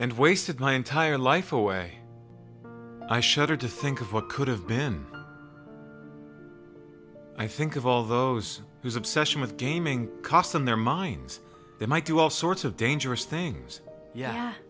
and wasted my entire life away i shudder to think of what could have been i think of all those whose obsession with gaming cost them their minds they might do all sorts of dangerous things yeah